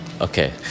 Okay